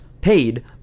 paid